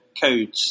codes